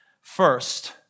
First